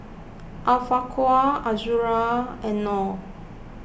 Afiqah Azura and Nor